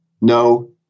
no